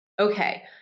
Okay